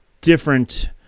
different